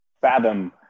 fathom